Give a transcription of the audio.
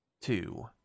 two